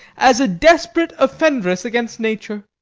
as a desperate offendress against nature.